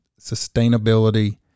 sustainability